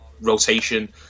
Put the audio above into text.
rotation